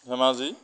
Dhemaji